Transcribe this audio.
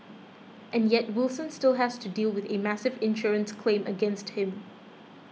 and yet Wilson still has to deal with a massive insurance claim against him